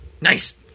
Nice